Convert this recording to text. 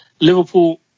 Liverpool